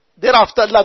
Thereafter